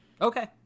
Okay